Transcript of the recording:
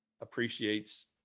appreciates